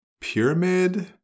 Pyramid